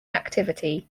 activity